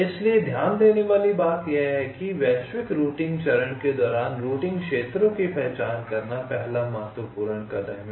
इसलिए ध्यान देने वाली बात यह है कि वैश्विक रूटिंग चरण के दौरान रूटिंग क्षेत्रों की पहचान करना पहला महत्वपूर्ण कदम है